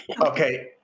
Okay